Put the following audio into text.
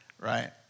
Right